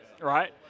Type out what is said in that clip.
right